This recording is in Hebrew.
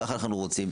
כך אנחנו רוצים.